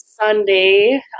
Sunday